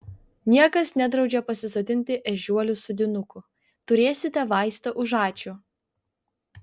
niekas nedraudžia pasisodinti ežiuolių sodinukų turėsite vaistą už ačiū